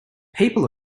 people